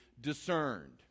discerned